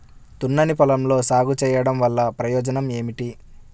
దున్నిన పొలంలో సాగు చేయడం వల్ల ప్రయోజనం ఏమిటి?